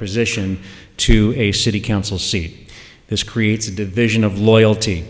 position to a city council seat his creates a division of loyalty